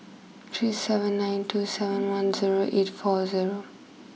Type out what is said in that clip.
three seven nine two seven one zero eight four zero